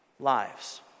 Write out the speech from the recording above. lives